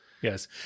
Yes